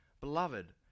beloved